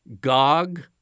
Gog